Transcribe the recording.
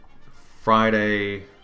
Friday